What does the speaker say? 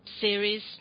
series